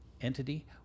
entity